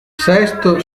sesto